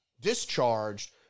discharged